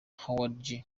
howard